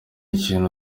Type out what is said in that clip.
ikintu